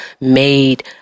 made